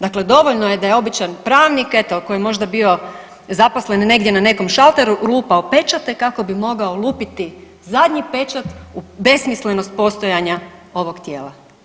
Dakle, dovoljan je da je običan pravnik eto koji je možda bio zaposlen negdje na nekom šalteru, lupao pečate kako bi mogao lupiti zadnji pečat u besmislenost postojanja ovog tijela.